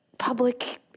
public